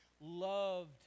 loved